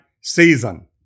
season